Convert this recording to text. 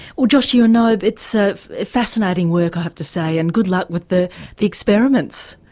well joshua knobe it's ah fascinating work i have to say and good luck with the the experiments.